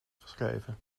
geschreven